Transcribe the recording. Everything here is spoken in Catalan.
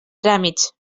tràmits